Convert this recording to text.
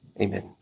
Amen